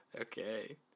Okay